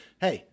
hey